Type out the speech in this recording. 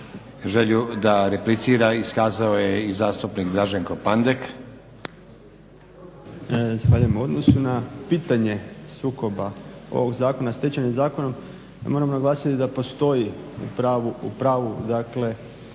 Želju da replicira iskazao je i zastupnik Draženko Pandek. **Pandek, Draženko (SDP)** Zahvaljujem. U odnosu na pitanje sukoba ovog zakona Stečajnim zakonom ja moram naglasiti da postoji u pravu, dakle